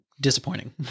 disappointing